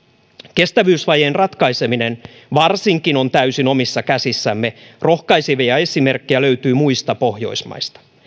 kestävyysvajeen ratkaiseminen varsinkin on täysin omissa käsissämme rohkaisevia esimerkkejä löytyy muista pohjoismaista